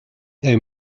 they